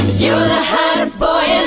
you the hottest boy